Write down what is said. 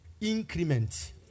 increment